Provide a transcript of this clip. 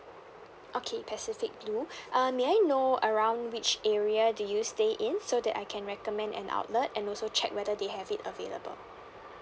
okay pacific blue uh may I know around which area do you stay in so that I can recommend an outlet and also check whether they have it available